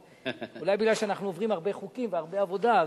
אולי בגלל שאנחנו עוברים הרבה חוקים והרבה עבודה,